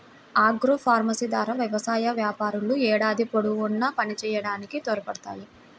agroforestry ద్వారా వ్యవసాయ వ్యాపారాలు ఏడాది పొడవునా పనిచేయడానికి తోడ్పడతాయి